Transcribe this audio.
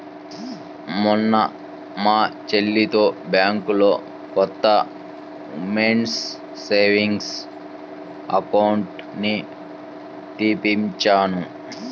మొన్న మా చెల్లితో బ్యాంకులో కొత్త ఉమెన్స్ సేవింగ్స్ అకౌంట్ ని తెరిపించాను